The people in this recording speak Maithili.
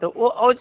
तऽ ओ